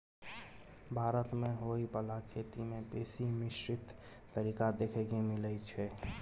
भारत मे होइ बाला खेती में बेसी मिश्रित तरीका देखे के मिलइ छै